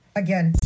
again